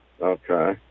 Okay